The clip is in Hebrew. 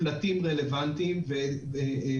בדברי פתיחה קצרים ואעביר את השרביט לבנק ישראל,